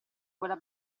quella